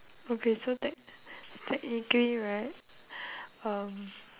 okay so tech~ technically right um